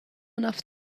enough